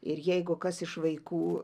ir jeigu kas iš vaikų